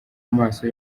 amaso